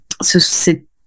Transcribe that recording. c'est